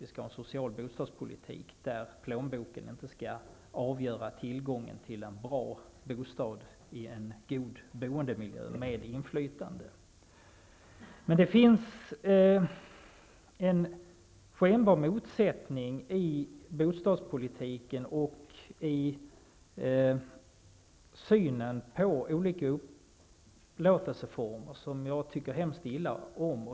Vi skall ha en social bostadspolitik där plånboken inte skall avgöra tillgången till en bra bostad i en god boendemiljö med inflytande. Det finns en skenbar motsättning i bostadspolitiken och i synen på olika upplåtelseformer som jag tycker mycket illa om.